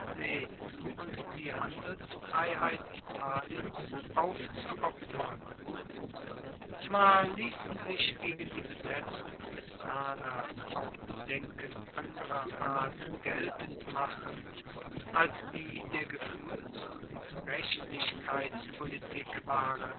und die handelsfreiheit italiens aufzuopfern zwar liessen sich gegen die besetzung messanas auch bedenken anderer art geltend machen als die der gefuehls und rechtlichkeitspolitik waren